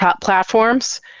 platforms